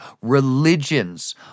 Religions